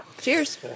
cheers